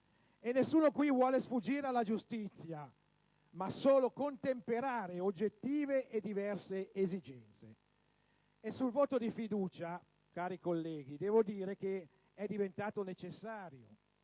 Nessuno qui vuole sfuggire alla giustizia, ma solo contemperare oggettive e diverse esigenze. Sul voto di fiducia, cari colleghi, devo dire che è diventato necessario